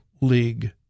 League